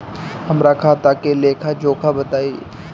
हमरा खाता के लेखा जोखा बताई?